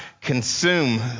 consume